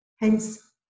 Hence